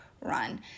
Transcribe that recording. run